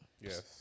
Yes